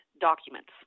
documents